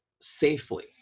safely